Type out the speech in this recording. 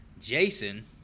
Jason